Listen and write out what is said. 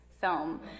film